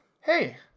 hey